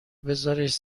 بزارش